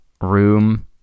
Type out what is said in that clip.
room